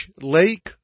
Lake